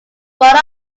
what